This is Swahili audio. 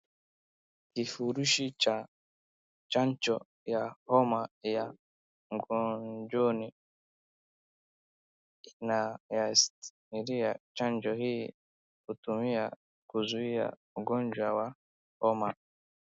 Kifurushi cha chanjo ya homa ya manjano na pai chanjo hii hutumika kuzuia ugonjwa wa homa.